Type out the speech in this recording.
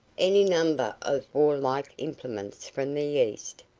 any number of warlike implements from the east,